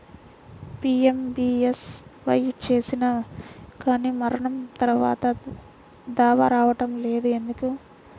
PMBSY చేసినా కానీ మరణం తర్వాత దావా రావటం లేదు ఎందుకు?